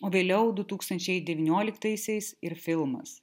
o vėliau du tūkstančiai devynioliktaisiais ir filmas